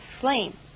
flame